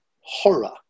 horror